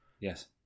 Yes